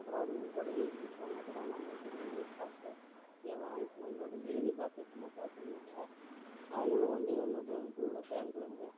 அப்புறம் அதுக்கும் பிற்பாடு எழுதி கொடுப்பாங்க அப்புறம் நம்ம வந்து நின்று காசை அதை வாங்கிக்கிட்டு வந்துவுட எண்ணி பார்த்துக்கோங்கப்பா அப்படிம்பாங்க அவங்களும் வந்து நம்ம இப்போ இது உள்ளே வந்து பேங்க்குள்ளே வந்து